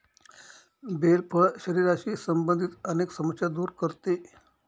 bell फळ शरीराशी संबंधित अनेक समस्या दूर करते